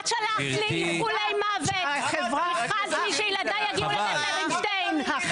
את שלחת לי איחולי מוות ואיחלת לי שילדי יגיעו לבית לווינשטיין -- חבל,